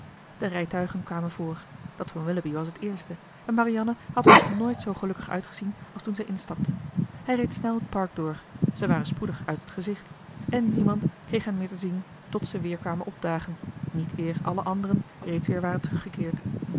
de rijtuigen kwamen voor dat van willoughby was het eerste en marianne had er nog nooit zoo gelukkig uitgezien als toen zij instapte hij reed snel het park door ze waren spoedig uit het gezicht en niemand kreeg hen meer te zien tot ze weer kwamen opdagen niet eer alle anderen reeds weer